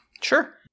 Sure